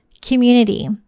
Community